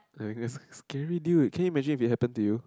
I guess scary deal can you imagine if it happen to you